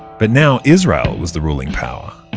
but now israel was the ruling power.